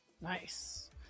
nice